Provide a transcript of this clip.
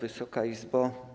Wysoka Izbo!